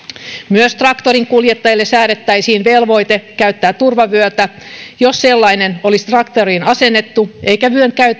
myös traktorinkuljettajalle säädettäisiin velvoite käyttää turvavyötä jos sellainen olisi traktoriin asennettu eikä vyön käyttö